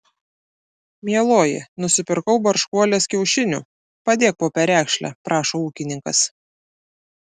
mieloji nusipirkau barškuolės kiaušinių padėk po perekšle prašo ūkininkas